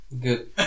good